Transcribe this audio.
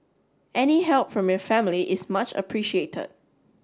any help from your family is much appreciated